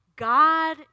God